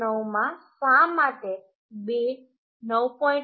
9 માં શા માટે 2 9